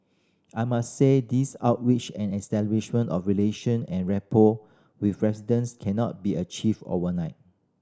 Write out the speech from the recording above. I must say these outreach and establishment of relation and rapport with residents cannot be achieved overnight